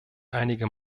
einige